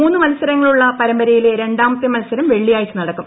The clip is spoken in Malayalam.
മൂന്ന് മത്സരങ്ങളുള്ള പരമ്പരയില്ല് ൂരണ്ടാമത്തെ മത്സരം വെള്ളിയാഴ്ച നടക്കും